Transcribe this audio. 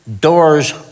doors